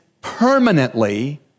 permanently